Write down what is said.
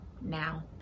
now